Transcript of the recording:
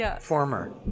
former